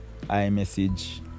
iMessage